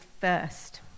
first